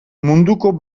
munduko